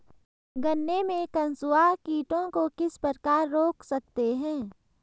गन्ने में कंसुआ कीटों को किस प्रकार रोक सकते हैं?